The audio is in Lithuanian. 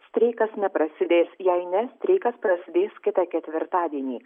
streikas neprasidės jei ne streikas prasidės kitą ketvirtadienį